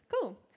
Cool